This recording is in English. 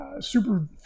super